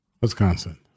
Wisconsin